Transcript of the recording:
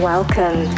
Welcome